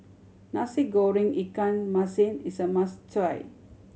Nasi Goreng ikan masin is a must try